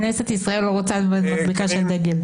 כנסת ישראל לא רוצה את מדבקת הדגל.